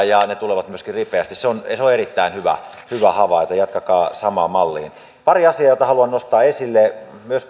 ja ne tulevat myöskin ripeästi se on erittäin hyvä hyvä havaita jatkakaa samaan malliin pari asiaa jotka haluan nostaa esille kiitokset myös